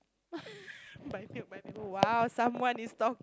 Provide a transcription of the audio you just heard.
but I failed but I don't know !wow! someone is talk